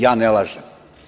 Ja ne lažem.